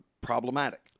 Problematic